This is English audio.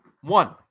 One